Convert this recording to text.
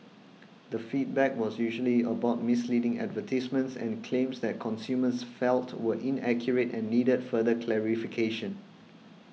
the feedback was usually about misleading advertisements and claims that consumers felt were inaccurate and needed further clarification